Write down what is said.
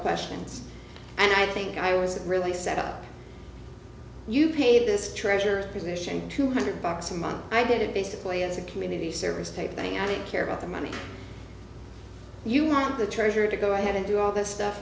questions and i think i was really set up you paid this treasure position two hundred bucks a month i did it basically as a community service type thing i didn't care about the money you want the treasury to go ahead and do all this stuff